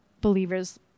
believers